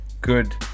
good